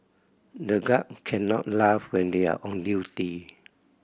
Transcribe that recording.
the guard can not laugh when they are on duty